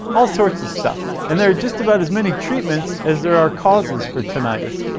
all sorts of stuff. and there are just about as many treatments as there are causes for tinnitus.